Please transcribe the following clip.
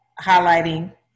highlighting